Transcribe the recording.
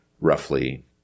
roughly